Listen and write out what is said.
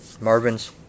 Marvin's